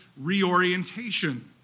reorientation